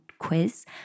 Quiz